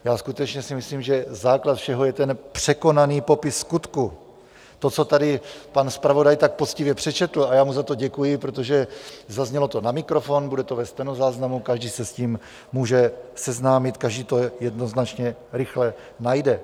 Já si skutečně myslím, že základ všeho je ten překonaný popis skutku, to, co tady pan zpravodaj tak poctivě přečetl a já mu za to děkuji, protože zaznělo to na mikrofon, bude to ve stenozáznamu, každý se s tím může seznámit, každý to jednoznačně, rychle najde.